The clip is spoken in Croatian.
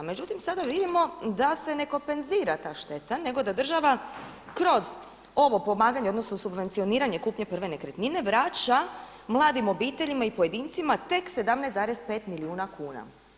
Međutim, sada vidimo da se ne kompenzira ta šteta nego da država kroz ovo pomaganje odnosno subvencioniranje kupnje prve nekretnine vraća mladim obiteljima i pojedincima tek 17,5 milijuna kuna.